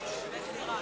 מסירה.